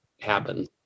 happen